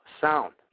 sound